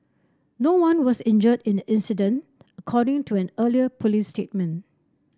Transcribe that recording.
no one was injured in the incident according to an earlier police statement